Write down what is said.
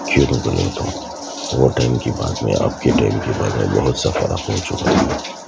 بولے تو وہ ٹائم کی بات میں اب کے ٹائم کی بات میں بہت سا فرق ہو چکا ہے